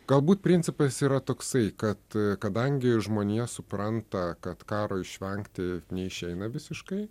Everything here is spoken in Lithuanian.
galbūt principas yra toksai kad kadangi žmonija supranta kad karo išvengti neišeina visiškai